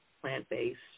plant-based